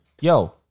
yo